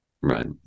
Right